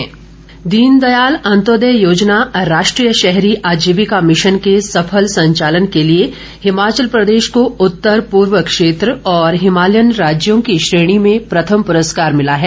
आजीविका मिशन दीन दयाल अंत्योदय योजना राष्ट्रीय शहरी आजीविका मिशन के सफल संचालन के लिए हिमाचल प्रदेश को उत्तर पूर्व क्षेत्र और हिमालयन राज्यों की श्रेणी में प्रथम पुरस्कार मिला है